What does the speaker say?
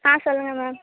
ஆ சொல்லுங்க மேம்